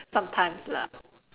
sometimes lah